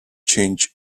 change